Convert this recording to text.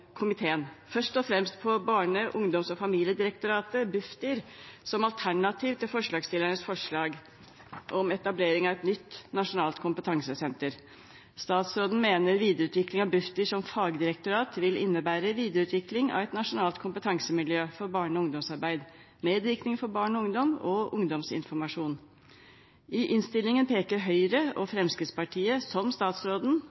komiteen først og fremst på Barne-, ungdoms- og familiedirektoratet, Bufdir, som alternativ til forslagsstillernes forslag om etablering av et nytt nasjonalt kompetansesenter. Statsråden mener at videreutvikling av Bufdir som fagdirektorat vil innebære videreutvikling av et nasjonalt kompetansemiljø for barne- og ungdomsarbeid, medvirkning for barn og ungdom og ungdomsinformasjon. I innstillingen peker Høyre og